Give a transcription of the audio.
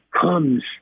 comes